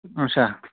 اَچھا